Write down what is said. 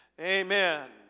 Amen